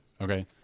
Okay